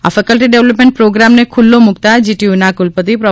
આ faculty development પ્રોગ્રામને ખુલ્લો મૂકતા જીટીયુના કુલપતિ પ્રો